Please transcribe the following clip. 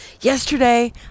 yesterday